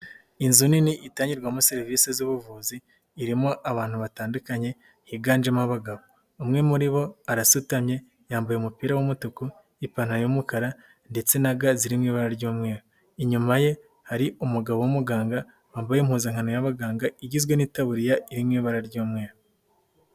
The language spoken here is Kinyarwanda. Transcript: Inzu nini itangirwamo serivisi z'ubuvuzi irimo abantu batandukanye higanjemo abagabo, umwe muri bo arasutamye yambaye umupira w'umutuku, ipantaro y'umukara ndetse na ga ziri mu ibara ry'umweru, inyuma ye hari umugabo w'umuganga wambaye impuzankano y'abaganga igizwe n'itaburiya iri mu ibara ry'umweru.